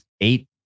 eight